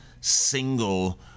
single